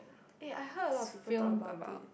eh I heard a lot of people talk about it